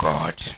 God